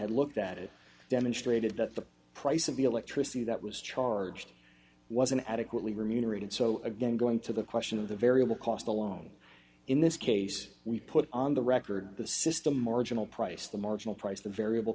had looked at it demonstrated that the price of the electricity that was charged was an adequately remunerated so again going to the question of the variable cost alone in this case we put on the record the system marginal price the marginal price the variable